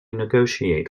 negotiate